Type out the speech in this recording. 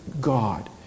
God